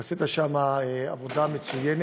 ועשית שם עבודה מצוינת.